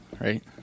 right